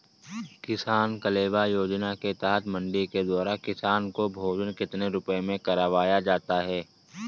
किसान कलेवा योजना के तहत मंडी के द्वारा किसान को भोजन कितने रुपए में करवाया जाता है?